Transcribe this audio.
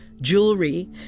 jewelry